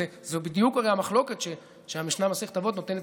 זאת בדיוק המחלוקת שהמשנה במסכת אבות נותנת